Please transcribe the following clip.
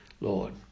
Lord